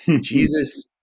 Jesus